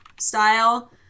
style